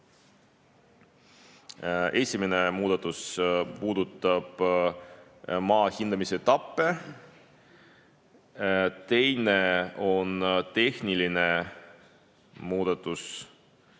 Esimene muudatus puudutab maa hindamise etappe. Teine on tehniline muudatus.